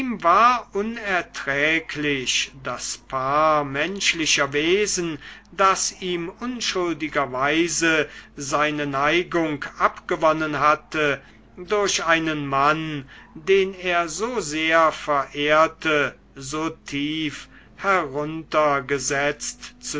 war unerträglich das paar menschlicher wesen das ihm unschuldigerweise seine neigung abgewonnen hatte durch einen mann den er so sehr verehrte so tief heruntergesetzt